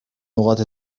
نقاط